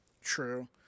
True